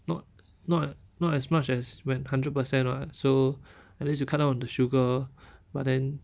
not not as not as much as when hundred percent [what] so unless you cut down on the sugar but then